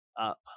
up